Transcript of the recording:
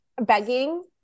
begging